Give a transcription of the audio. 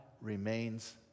remains